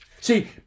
See